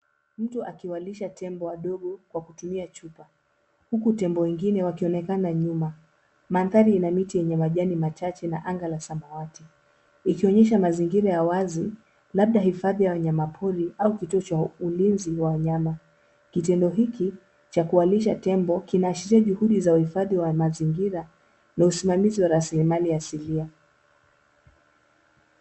Mtu akiwalisha tembo wadogo kwa kutumia chupa. Huku tembo wengine wakionekana nyuma. Mandhari ina miti yenye majani machache na anga la samawati ikionyesha mazingira ya wazi labda hifadhi ya wanyama pori au kituo cha ulinzi wa wanyama. Kitendo hiki cha kuwalisha tembo kinaashiria juhudi za uhifadhi wa mazingira na usimamizi wa rasilimali asilia.